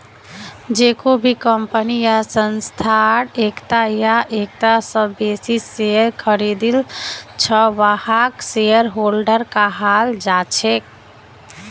जेको भी कम्पनी या संस्थार एकता या एकता स बेसी शेयर खरीदिल छ वहाक शेयरहोल्डर कहाल जा छेक